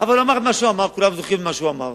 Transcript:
אבל אמר מה שאמר, כולם זוכרים מה שהוא אמר